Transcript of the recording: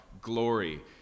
glory